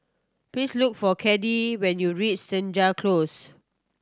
please look for Caddie when you reach Senja Close